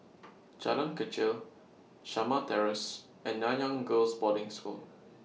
Jalan Kechil Shamah Terrace and Nanyang Girls' Boarding School